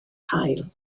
haul